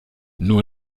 nur